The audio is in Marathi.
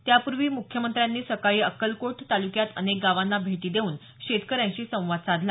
त्यापूर्वी मुख्यमंत्र्यांनी सकाळी अक्कलकोट तालुक्यात अनेक गावांना भेटी देऊन शेतकऱ्यांशी संवाद साधला